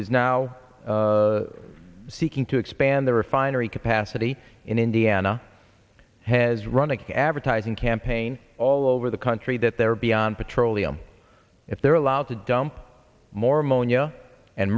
is now seeking to expand their refinery capacity in indiana has run a cab or ties and campaign all over the country that they're beyond petroleum if they're allowed to dump more monia and